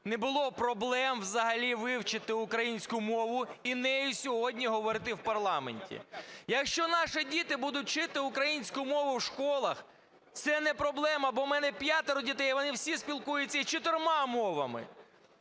не було проблем взагалі вивчити українську мову і нею сьогодні говорити в парламенті. Якщо наші діти будуть вчити українську мову в школах, це не проблема. Бо в мене п'ятеро дітей і вони всі спілкуються і чотирма мовами.